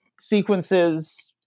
sequences